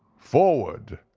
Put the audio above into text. forward!